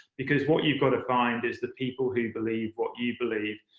because what you've got to find is the people who believe what you believe.